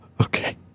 Okay